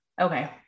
Okay